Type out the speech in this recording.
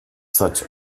such